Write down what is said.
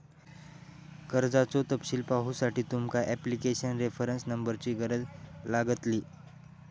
कर्जाचो तपशील पाहुसाठी तुमका ॲप्लीकेशन रेफरंस नंबरची गरज लागतली